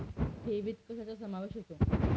ठेवीत कशाचा समावेश होतो?